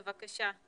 בבקשה.